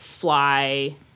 fly